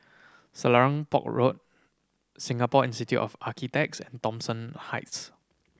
Selarang Park Road Singapore Institute of Architects and Thomson Heights